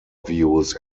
views